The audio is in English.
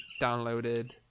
downloaded